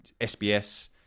SBS